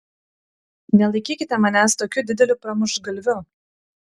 nelaikykite manęs tokiu dideliu pramuštgalviu